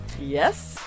yes